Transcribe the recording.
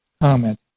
comment